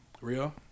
Rio